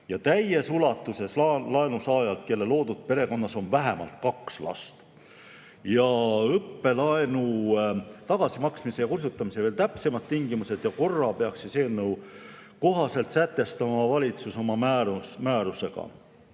ja täies ulatuses laenusaajatel, kelle loodud perekonnas on vähemalt kaks last. Õppelaenu tagasimaksmise ja kustutamise veel täpsemad tingimused ja korra peaks eelnõu kohaselt sätestama valitsus oma määrusega.